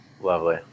Lovely